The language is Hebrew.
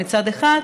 מצד אחד,